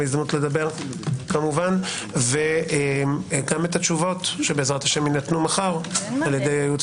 הזדמנות לדבר וגם את התשובות שבעז"ה יינתנו מחר על ידי הייעוץ